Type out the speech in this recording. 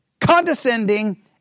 condescending